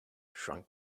shrunk